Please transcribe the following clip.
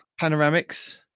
Panoramics